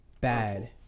Bad